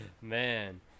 Man